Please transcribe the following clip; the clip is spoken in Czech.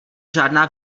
žádná